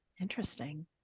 interesting